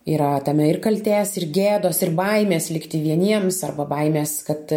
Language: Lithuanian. yra tame ir kaltės ir gėdos ir baimės likti vieniems arba baimės kad